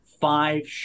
five